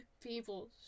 people